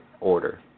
order